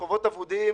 חובות אבודים